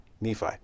Nephi